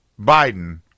Biden